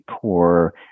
core